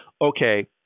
okay